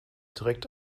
direkt